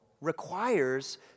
requires